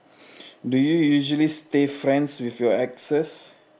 do you usually stay friends with your exes